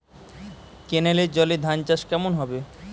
কেনেলের জলে ধানচাষ কেমন হবে?